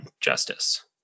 justice